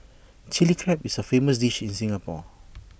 Chilli Crab is A famous dish in Singapore